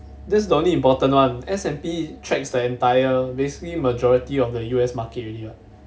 this is the only important one S&P tracks the entire basically the majority of the U_S market already eh